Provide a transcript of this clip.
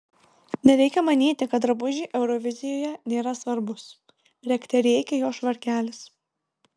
nereikia manyti kad drabužiai eurovizijoje nėra svarbūs rėkte rėkė jo švarkelis